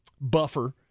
buffer